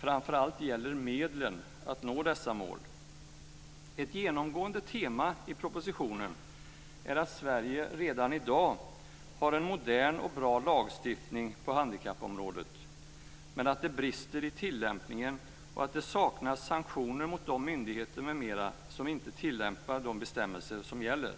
framför allt gäller medlen att nå dessa mål. Ett genomgående tema i propositionen är att Sverige redan i dag har en modern och bra lagstiftning på handikappområdet, men att det brister i tillämpningen och att det saknas sanktioner mot de myndigheter m.m. som inte tillämpar de bestämmelser som gäller.